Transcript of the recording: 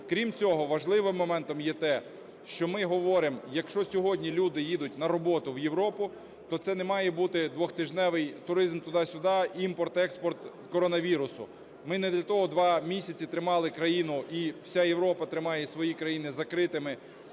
Крім цього, важливим моментом є те, що ми говоримо, якщо сьогодні люди їдуть на роботу в Європу, то це не має бути двотижневий туризм туди-сюди, імпорт-експорт коронавірусу. Ми не для того 2 місяці тримали країну, і вся Європа тримає свої країни закритими,